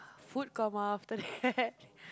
food coma after that